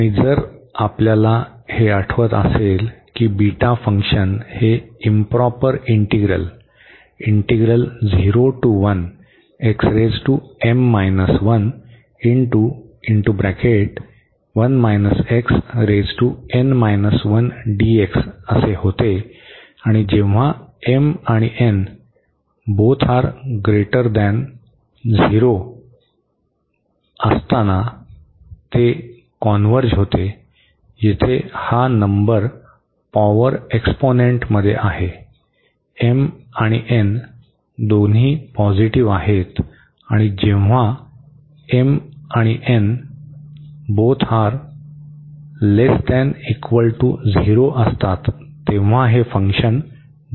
आणि जर आपल्याला हे आठवत असेल की बीटा फंक्शन हे इंप्रॉपर इंटीग्रल होते आणि जेव्हा m n 0 तेव्हा ते कॉन्व्हर्ज होते येथे हा नंबर पॉवर एक्सपोनेंटमध्ये आहे m आणि n पॉझिटिव्ह आहेत आणि जेव्हा असतात तेव्हा हे डायव्हर्ज होते